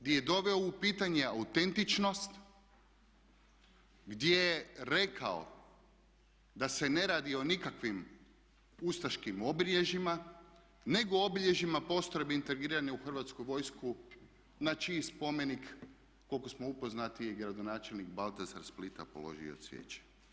Di je doveo u pitanje autentičnost, gdje je rekao da se ne radi o nikakvim ustaškim obilježjima nego obilježjima postrojbi integrirane u Hrvatsku vojsku na čiji spomenik koliko smo upoznati je gradonačelnik Baldasar Splita položio cvijeće.